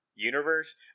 universe